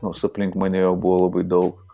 nors aplink mane jo buvo labai daug